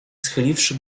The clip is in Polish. schyliwszy